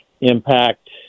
impact